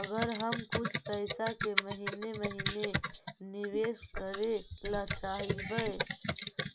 अगर हम कुछ पैसा के महिने महिने निबेस करे ल चाहबइ